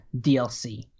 DLC